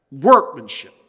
workmanship